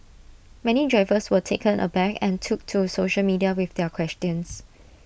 many drivers were taken aback and took to social media with their questions